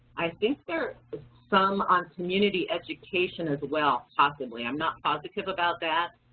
i think there are some on community education, as well, possibly, i'm not positive about that,